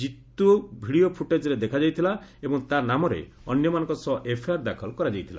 ଜିତି ଭିଡ଼ିଓ ଫୁଟେଜ୍ରେ ଦେଖାଯାଇଥିଲା ଏବଂ ତା' ନାମରେ ଅନ୍ୟମାନଙ୍କ ସହ ଏଫ୍ଆଇଆର୍ ଦାଖଲ କରାଯାଇଥିଲା